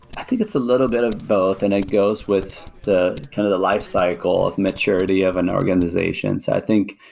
i think it's a little bit of both and it goes with the kind of the lifecycle of maturity of an organization. so i think,